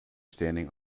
standing